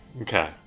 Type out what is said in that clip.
Okay